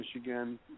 Michigan